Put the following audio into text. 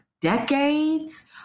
decades